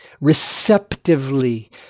receptively